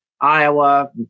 Iowa